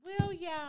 William